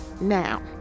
now